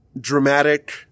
dramatic